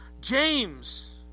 James